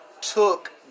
took